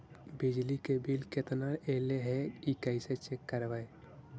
बिजली के बिल केतना ऐले हे इ कैसे चेक करबइ?